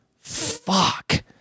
Fuck